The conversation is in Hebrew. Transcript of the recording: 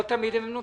לא תמיד הם נותנים.